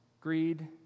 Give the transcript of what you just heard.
greed